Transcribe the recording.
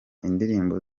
indirimbo